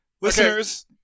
Listeners